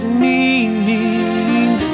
meaning